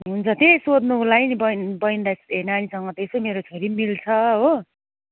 हुन्छ त्यही सोध्नुको लागि नि बहिनी बहिनीलाई ए नानीसँग त यसो मेरो छोरी पनि मिल्छ हो